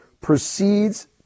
proceeds